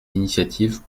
initiatives